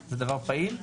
זה דבר פעיל?